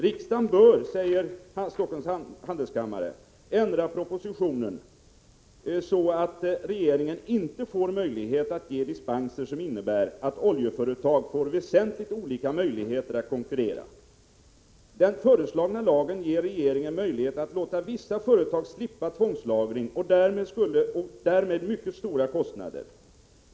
Riksdagen bör, säger Stockholms handelskammare, ändra propositionen så att regeringen inte får möjligheter att ge dispenser som innebär att oljeföretag får väsentligt olika möjligheter att konkurrera. Den föreslagna lagen ger regeringen möjlighet att låta vissa företag slippa tvångslagring och därmed komma undan mycket stora kostnader.